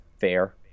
Fair